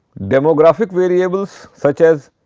demographic variables such as,